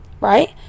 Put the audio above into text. right